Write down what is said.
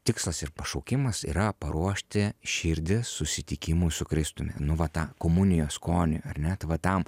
tikslas ir pašaukimas yra paruošti širdį susitikimui su kristumi nu va tą komunijos skonį ar ne tai va tam